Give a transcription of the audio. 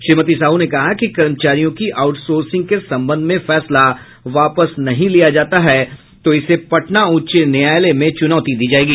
श्रीमती साहू ने कहा कि कर्मचारियों की आउटसोर्सिंग के संबंध में फैसला वापस नहीं लिया जाता है तो इसे पटना उच्च न्यायालय में चुनौती दी जायेगी